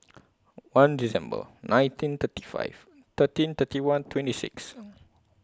one December nineteen thirty five thirteen thirty one twenty six